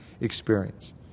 experience